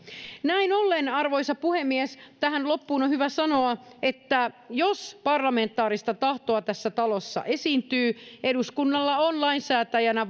näin ollen arvoisa puhemies tähän loppuun on on hyvä sanoa että jos parlamentaarista tahtoa tässä talossa esiintyy eduskunnalla on lainsäätäjänä